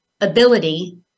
ability